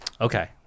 Okay